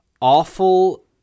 awful